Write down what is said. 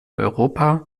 europa